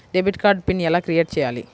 Debit card pin ఎలా create చెయ్యాలి?